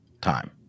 time